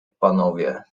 panowie